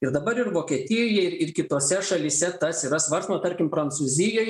ir dabar ir vokietijoje ir kitose šalyse tas yra svarstoma tarkim prancūzijoj